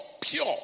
pure